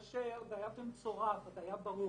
כאשר זה היה במצורף, אז היה ברור.